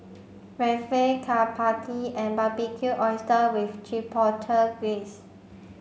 Rapchae Chapati and Barbecued Oysters with Chipotle Glaze